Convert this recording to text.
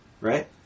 Right